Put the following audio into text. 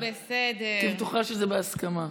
הייתי בטוחה שזה בהסכמה.